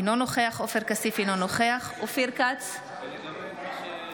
אינו נוכח עופר כסיף, אינו נוכח אופיר כץ, בעד